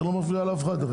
זה לא מפריע לאף אחד.